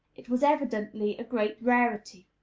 it was evidently a great rarity.